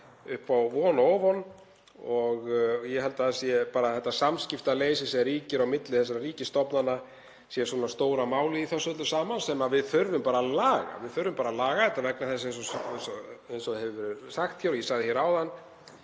upp á von og óvon. Ég held að þetta samskiptaleysi sem ríkir á milli þessara ríkisstofnana sé svona stóra málið í þessu öllu saman sem við þurfum að laga. Við þurfum bara að laga þetta vegna þess, eins og hefur verið sagt hér og ég sagði hér áðan,